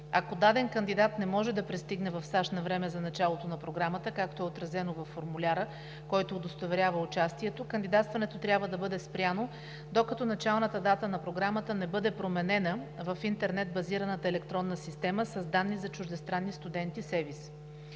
Ако даден кандидат не може да пристигне в САЩ навреме за началото на Програмата, както е отразено във формуляра, който удостоверява участието, кандидатстването трябва да бъде спряно, докато началната дата на Програмата не бъде променена в интернет базираната електронна система с данни за чуждестранни студенти SEVIS.